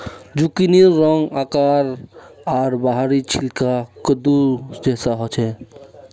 जुकिनीर रंग, आकार आर बाहरी छिलका कद्दू जैसा ह छे